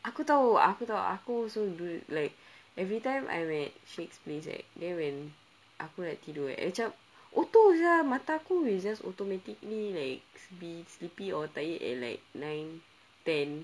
aku tahu aku tahu aku so good like every time I'm at syed's place right then when aku nak tidur I macam auto [sial] mata aku is just automatically likes be sleepy or tired at like nine ten